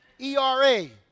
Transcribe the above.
E-R-A